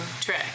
trick